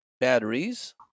batteries